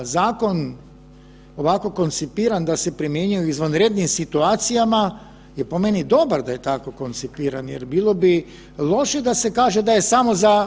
A zakon ovako koncipiran da se primjenjuje u ovakvim situacijama je po meni dobar da je tako koncipiran jer bilo bi loše da se kaže da je samo za